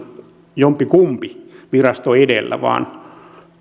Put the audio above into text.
jompikumpi virasto edellä vaan